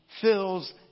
fills